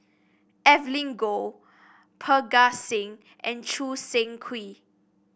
Evelyn Goh Parga Singh and Choo Seng Quee